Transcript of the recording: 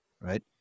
Right